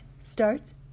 starts